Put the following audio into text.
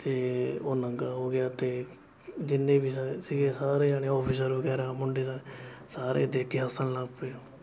ਅਤੇ ਉਹ ਨੰਗਾ ਹੋ ਗਿਆ ਅਤੇ ਜਿੰਨੇ ਵੀ ਸਾ ਸੀਗੇ ਸਾਰੇ ਜਣੇ ਔਫਿਸਰ ਵਗੈਰਾ ਮੁੰਡੇ ਸਨ ਸਾਰੇ ਦੇਖਕੇ ਹੱਸਣ ਲੱਗ ਪਏ